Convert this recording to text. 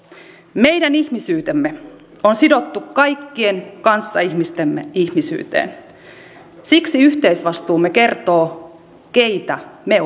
meidän ihmisyytemme on sidottu kaikkien kanssaihmistemme ihmisyyteen siksi yhteisvastuumme kertoo keitä me